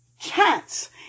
chance